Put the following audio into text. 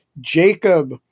Jacob